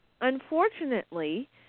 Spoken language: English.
unfortunately